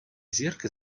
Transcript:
зірки